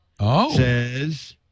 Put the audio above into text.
says